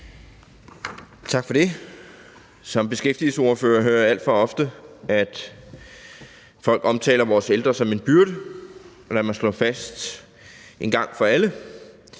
Tak for det. Som beskæftigelsesordfører hører jeg alt for ofte, at folk omtaler vores ældre som en byrde. Lad mig slå fast en gang for alle: